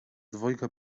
dwojga